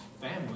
family